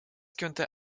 könnte